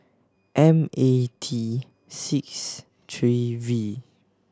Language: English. M A T six three V